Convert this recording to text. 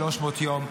300 יום.